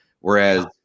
Whereas